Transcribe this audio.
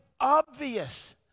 obvious